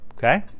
Okay